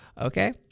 okay